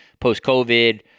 post-COVID –